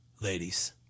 ladies